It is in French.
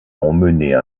emmener